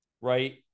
right